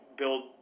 build